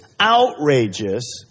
outrageous